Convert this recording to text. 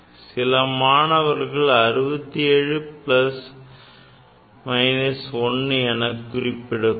சில மாணவர்கள் 67 plus minus 1 என குறிப்பிட கூடும்